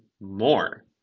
more